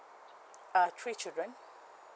uh three children